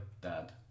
dad